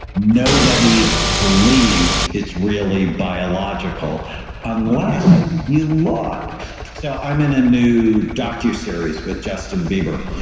nobody believes it's really biological unless you look so i'm in a new doctor series with justin bieber.